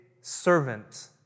servant